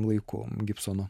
laiku gibsono